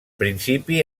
principi